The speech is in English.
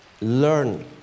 learn